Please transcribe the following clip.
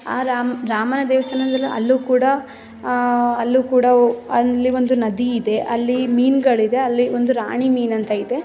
ಆ ರಾಮ ರಾಮನ ದೇವ್ಸ್ಥಾನದಲ್ಲೂ ಅಲ್ಲೂ ಕೂಡ ಅಲ್ಲೂ ಕೂಡ ಅಲ್ಲಿ ಒಂದು ನದಿಯಿದೆ ಅಲ್ಲಿ ಮೀನುಗಳಿದೆ ಅಲ್ಲಿ ಒಂದು ರಾಣಿ ಮೀನು ಅಂತ ಇದೆ